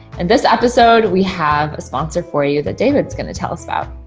and this episode, we have a sponsor for you that david's going to tell us about.